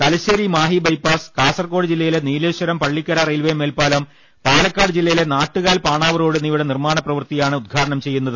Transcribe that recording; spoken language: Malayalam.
തലശേരി മാഹി ബൈപാസ് കാസർകോട് ജില്ലയിലെ നീലേശ്വരം പള്ളിക്കര റെയിൽവെ മേൽപ്പാലം പാലക്കാട് ജില്ലയിലെ നാട്ടുകാൽ പാണാവ് റോഡ് എന്നിവയുടെ നിർമ്മാണ പ്രവൃത്തിയാണ് ഉദ്ഘാടനം ചെയ്യുന്നത്